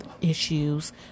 issues